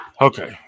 Okay